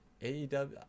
AEW